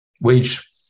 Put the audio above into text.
wage